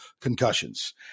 concussions